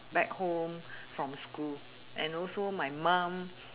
back home from school and also my mum